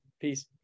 peace